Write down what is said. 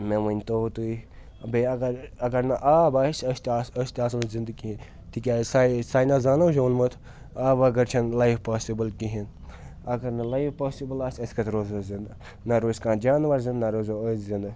مےٚ ؤنۍتو تُہۍ بیٚیہِ اگر اگر نہٕ آب آسہِ أسۍ تہِ آس أسۍ تہِ آسو نہٕ زِندٕ کیٚنہہ تِکیازِ ساے ساینسدانو چھِ ووٚنمُت آب بغٲر چھَنہٕ لایف پاسِبٕل کِہیٖنۍ اَگر نہٕ لایف پاسِبٕل آسہِ أسۍ کَتہِ روزو زِندٕ نہ روزِ کانٛہہ جانوَر زِند نہ روزو أسۍ زِندٕ